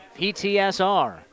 PTSR